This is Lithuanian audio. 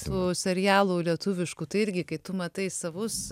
su serialu lietuvišku tai irgi kai tu matai savus